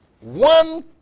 One